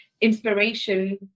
inspiration